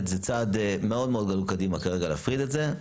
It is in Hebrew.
צעד מאוד מאוד גדול קדימה כרגע להפריד את זה.